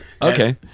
Okay